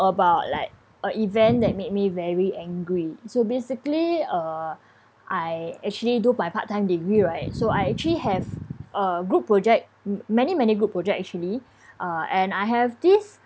about like a event that made me very angry so basically uh I actually do my part time degree right so I actually have uh group project m~ many many group project actually uh and I have this